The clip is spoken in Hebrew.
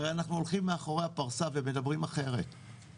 הרי אנחנו הולכים מאחורי הפרסה ומדברים אחרת,